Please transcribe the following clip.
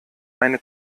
eine